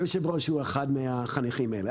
היושב-ראש הוא אחד מן החניכים האלה.